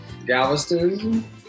Galveston